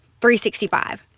365